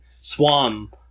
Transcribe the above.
swam